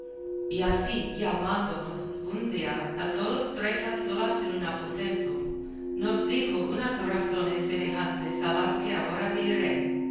y así llamándonos un día a todos tres a solas en un aposento nos dijo unas razones semejantes a las que ahora diré